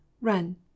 run